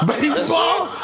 Baseball